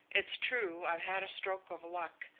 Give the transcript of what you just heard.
it's true i've had a stroke of luck,